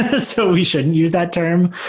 ah so we shouldn't use that term.